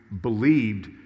believed